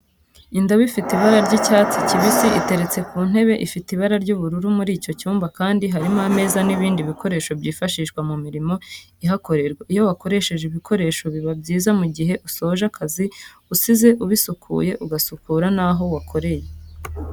Indobo ifite ibara ry'icyatsi kibisi iteretse ku ntebe ifite ibara ry'ubururu muri icyo cyumba kandi harimo ameza n'ibindi bikoresho byifashishwa mu mirimo ihakorerwa, iyo wakoresheje ibikoresho biba byiza mu gihe usoje akazi usize ubisukuye ugasukura naho wakoreye.